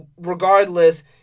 regardless